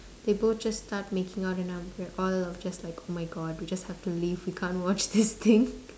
they both just start making out and I'm we're all are just like oh my god we just have to leave we can't watch this thing